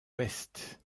west